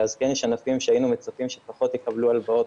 אז יש ענפים שהיינו מצפים שפחות יקבלו הלוואות,